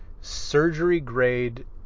surgery-grade